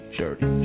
dirty